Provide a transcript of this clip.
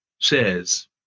says